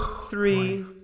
three